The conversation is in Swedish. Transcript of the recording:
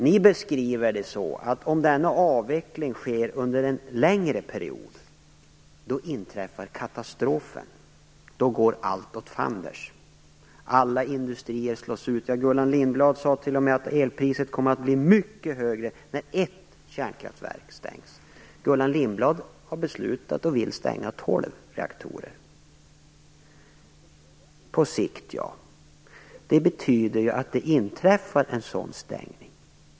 Ni beskriver det så att om denna avveckling sker under en längre period - då inträffar katastrofen. Allt går åt fanders. Alla industrier slås ut. Gullan Lindblad sade t.o.m. att elpriset kommer att bli mycket högre när ett kärnkraftverk stängs. Gullan Lindblad har beslutat stänga och vill stänga tolv reaktorer - på sikt. Det betyder att det inträffar en sådan stängning.